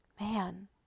Man